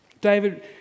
David